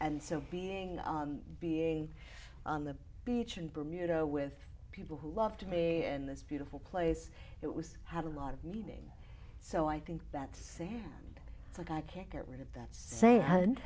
and so being being on the beach in bermuda with people who loved me in this beautiful place it was had a lot of meaning so i think that's like i can't get rid of that same